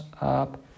up